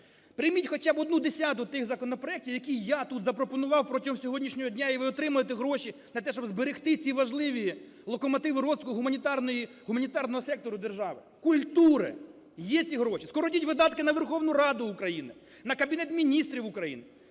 Прийміть хоча б одну десяту тих законопроектів, які я тут запропонував протягом сьогоднішнього дня, і ви отримаєте гроші на те, щоб зберегти ці важливі локомотиви розвитку гуманітарного сектору держави, культури. Є ці гроші! Скоротіть видатки на Верховну Раду України, на Кабінет Міністрів України,